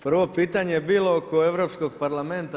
Prvo pitanje je bilo oko Europskog parlamenta.